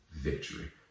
victory